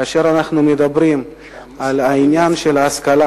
כאשר אנחנו מדברים על ההשכלה,